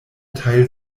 teil